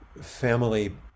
family